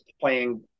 playing